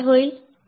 तर काय होईल